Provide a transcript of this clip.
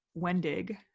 Wendig